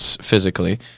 physically